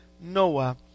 Noah